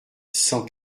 cent